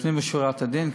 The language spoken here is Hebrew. לפנים משורת הדין.